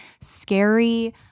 scary